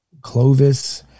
Clovis